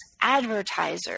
advertisers